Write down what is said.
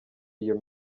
iyo